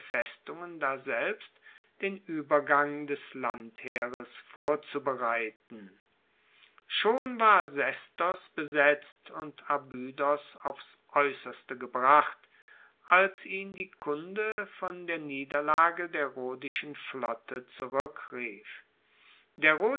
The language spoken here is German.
festungen daselbst den uebergang des landheeres vorzubereiten schon war sestos besetzt und abydos aufs aeusserste gebracht als ihn die kunde von der niederlage der rhodischen flotte zurueckrief der